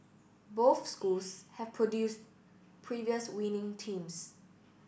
both schools have produced previous winning teams